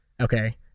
Okay